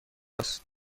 است